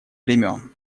времён